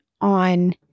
on